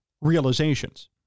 realizations